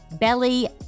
belly